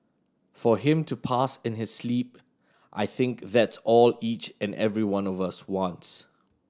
for him to pass in his sleep I think that's all each and every one of us wants